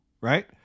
right